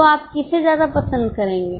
तो आप किसे ज्यादा पसंद करेंगे